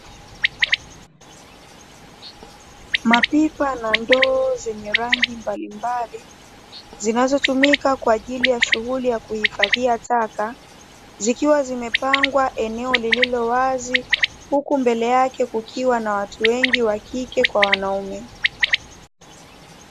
Mapipa na ndoo zenye rangi mbalimbali, zinazotumika kwa ajili ya shughuli ya kuhifadhia taka, zikiwa zimepangwa eneo lililowazi, huku mbele yake kukiwa na watu wengi wa kike kwa wa kiume.